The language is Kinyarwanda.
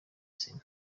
sena